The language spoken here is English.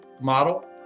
model